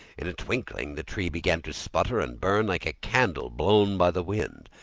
in a twinkling the tree began to sputter and burn like a candle blown by the wind.